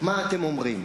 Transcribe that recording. מה אתם אומרים?